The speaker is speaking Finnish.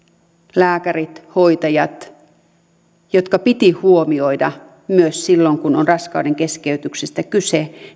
lääkärit hoitajat jotka piti huomioida myös silloin kun on raskaudenkeskeytyksestä kyse